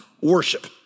worship